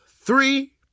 three